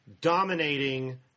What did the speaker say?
dominating